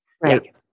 Right